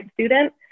student